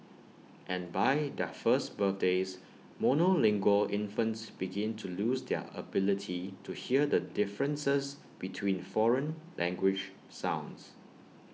and by their first birthdays monolingual infants begin to lose their ability to hear the differences between foreign language sounds